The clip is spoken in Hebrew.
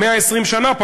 120 שנה,